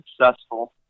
successful